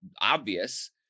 obvious